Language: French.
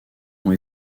ont